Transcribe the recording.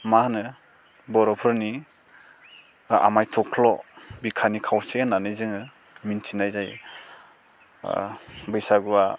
मा होनो बर'फोरनि आमाइ थुख्ल' बिखानि खावसे होन्नानै जोङो मिन्थिनाय जायो बैसागुआ